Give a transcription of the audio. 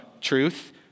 truth